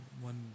one